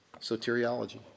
soteriology